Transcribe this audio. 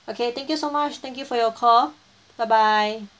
okay thank you so much thank you for your call bye bye